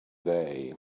day